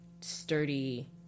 sturdy